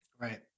right